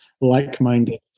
like-minded